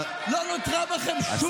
לא נותרה בכם שום בושה?